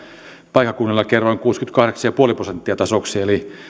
paikkakunnilla kerroin kuusikymmentäkahdeksan pilkku viisi prosenttia tasoksi eli